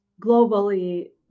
globally